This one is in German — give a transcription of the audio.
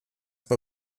bei